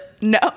No